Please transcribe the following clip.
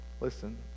Listen